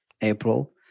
april